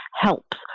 helps